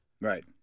Right